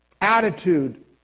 attitude